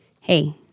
hey